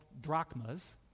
drachmas